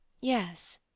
Yes